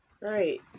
right